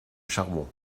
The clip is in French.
charbon